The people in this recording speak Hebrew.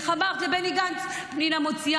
חברת הכנסת פנינה תמנו,